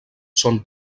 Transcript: són